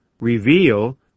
reveal